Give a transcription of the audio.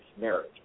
marriage